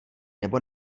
nebo